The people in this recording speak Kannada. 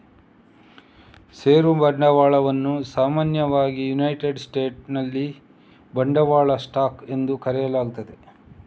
ಷೇರು ಬಂಡವಾಳವನ್ನು ಸಾಮಾನ್ಯವಾಗಿ ಯುನೈಟೆಡ್ ಸ್ಟೇಟ್ಸಿನಲ್ಲಿ ಬಂಡವಾಳ ಸ್ಟಾಕ್ ಎಂದು ಕರೆಯಲಾಗುತ್ತದೆ